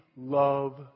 love